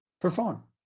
perform